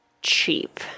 cheap